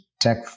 tech